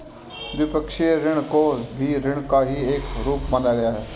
द्विपक्षीय ऋण को भी ऋण का ही एक रूप माना गया है